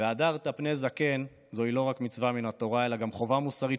"והדרת פני זקן" זוהי לא רק מצווה מן התורה אלא גם חובה מוסרית